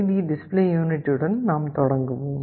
D display யூனிட்டுடன் தொடங்குவோம்